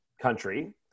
country